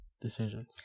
decisions